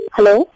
Hello